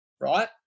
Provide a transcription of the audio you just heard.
right